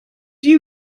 you